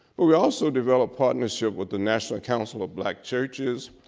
but we also develop partnership with the national council of black churches,